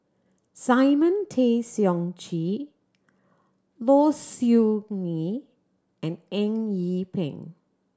Simon Tay Seong Chee Low Siew Nghee and Eng Yee Peng